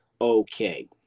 okay